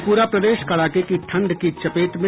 और पूरा प्रदेश कड़ाके की ठंड की चपेट में